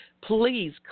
please